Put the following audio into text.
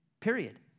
Period